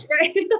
right